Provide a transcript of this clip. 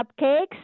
cupcakes